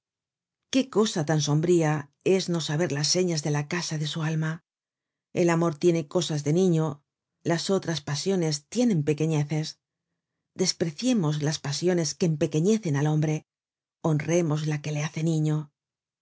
qué cosa tan sombría es no saber las señas de la casa de su alma el amor tiene cosas de niño las otras pasiones tienen pequeneces despreciemos las pasiones que empequeñecen al hombre honremos la que le hace niño